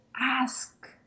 ask